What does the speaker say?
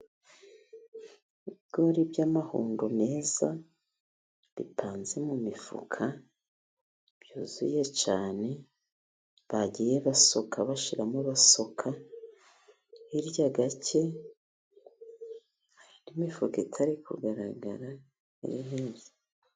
Ibigori by'amahundo meza bipanze mu mifuka yuzuye cyane ,bagiye basohoka bashyiramo basoka . Hirya gake hari indi imifuka itari kugaragara ,iri hirya.